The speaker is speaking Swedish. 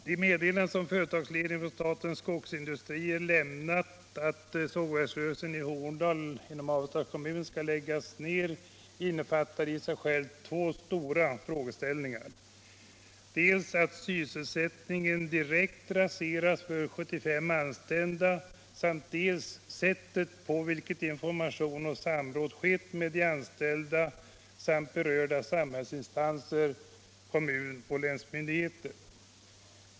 De meddelanden som företagsledningen för Statens skogsindustrier lämnat om att sågverksrörelsen i Horndal inom Avesta kommun skall läggas ned innefattar två stora frågeställningar: dels att sysselsättningen direkt raseras för 75 anställda, dels sättet på vilket informationen lämnats och samrådet skett med de anställda samt berörda samhällsinstanser, dvs. kommunoch länsmyndigheter.